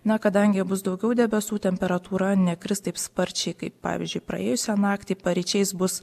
na kadangi bus daugiau debesų temperatūra nekris taip sparčiai kaip pavyzdžiui praėjusią naktį paryčiais bus